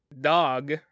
Dog